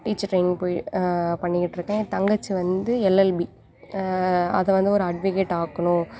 teacher training போய் பண்ணிக்கிட்ருக்கேன் என் தங்கச்சி வந்து எல்எல்பி அதை வந்து ஒரு அட்வகேட் ஆக்கணும்